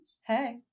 hey